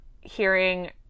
hearing